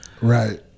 Right